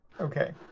Okay